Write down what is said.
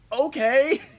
Okay